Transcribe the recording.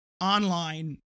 online